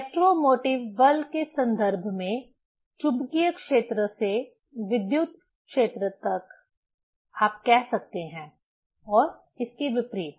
electromotive बल के संदर्भ में चुंबकीय क्षेत्र से विद्युत क्षेत्र तक आप कह सकते हैं और इसके विपरीत